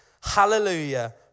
hallelujah